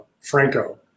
Franco